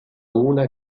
una